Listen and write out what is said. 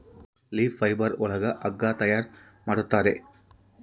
leaf fibre ಒಳಗ ಹಗ್ಗ ತಯಾರ್ ಮಾಡುತ್ತಾರೆ